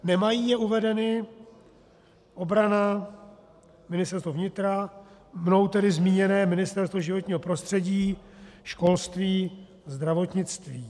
Nemají je uvedeny obrana, Ministerstvo vnitra, mnou zmíněné Ministerstvo životního prostředí, školství, zdravotnictví.